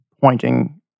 pointing